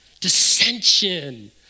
dissension